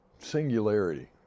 Singularity